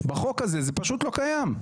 בחוק הזה זה פשוט לא קיים.